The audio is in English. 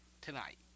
tonight